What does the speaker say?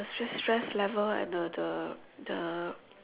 stress stress level and the the the